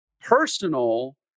personal